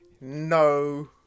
no